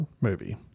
movie